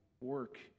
work